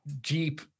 deep